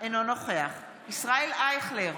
אינו נוכח ישראל אייכלר,